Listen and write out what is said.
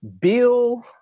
Bill